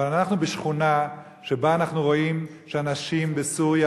אבל אנחנו בשכונה שבה אנחנו רואים שאנשים בסוריה,